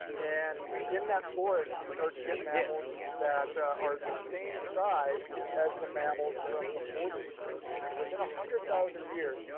and in that forest, you start to get mammals that are the same size as the mammals from before the extinction. so within one hundred thousand years,